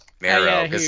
Marrow